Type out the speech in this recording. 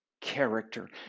character